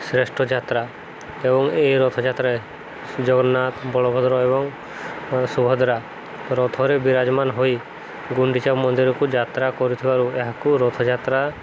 ଶ୍ରେଷ୍ଠଯାତ୍ରା ଏବଂ ଏହି ରଥଯାତ୍ରାରେ ଜଗନ୍ନାଥ ବଳଭଦ୍ର ଏବଂ ସୁଭଦ୍ରା ରଥରେ ବିରାଜମାନ ହୋଇ ଗୁଣ୍ଡିଚା ମନ୍ଦିରକୁ ଯାତ୍ରା କରୁଥିବାରୁ ଏହାକୁ ରଥଯାତ୍ରା